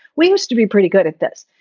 we used to be pretty good at this.